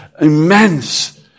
immense